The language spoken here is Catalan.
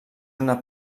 una